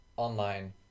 Online